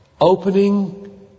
opening